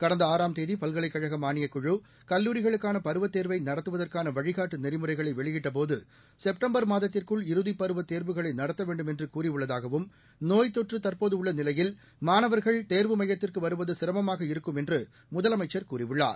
கடந்த குழு கல்லூரிகளுக்கானபருவத் தேர்வைநடத்துவதற்கானவழிகாட்டுநெறிமுறைகளைவெளியிட்டபோது செப்டம்பர் மாதத்திற்குள் இறுதிப் பருவத் தேர்வுகளைநடத்தவேன்டும் என்றுகூறியுள்ளதாகவும் நோய்த் தொற்றுதற்போதுஉள்ளநிலையில் மாணவர்கள் தேர்வு மையத்திற்குவருவதுசிரமமாக இருக்கும் என்றுமுதலமைச்சர் கூறியுள்ளார்